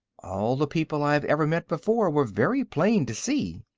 all the people i have ever met before were very plain to see.